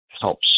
helps